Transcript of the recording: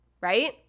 right